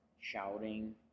shouting